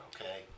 okay